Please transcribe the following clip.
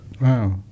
Wow